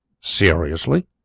Seriously